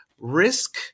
Risk